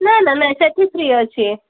ନା ନା ନାଇଁ ସେଇଠି ଫ୍ରି ଅଛି